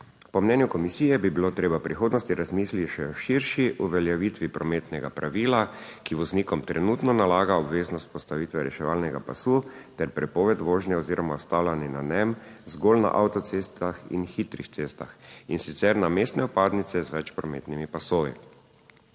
Po mnenju komisije bi bilo treba v prihodnosti razmisliti še o širši uveljavitvi prometnega pravila, ki voznikom trenutno nalaga obveznost postavitve reševalnega pasu ter prepoved vožnje oziroma ustavljanja na njem zgolj na avtocestah in hitrih cestah in sicer na mestne vpadnice z več prometnimi pasovi.